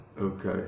Okay